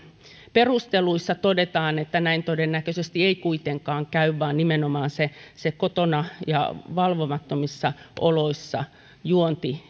perusteluissa todetaan että näin todennäköisesti ei kuitenkaan käy vaan nimenomaan kotona ja valvomattomissa oloissa juonti